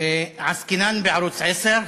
עסקינן בערוץ 10,